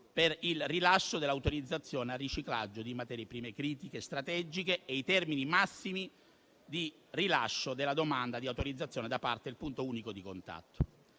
per il rilascio dell'autorizzazione al riciclaggio di materie prime critiche strategiche e i termini massimi di rilascio della domanda di autorizzazione da parte del punto unico di contatto.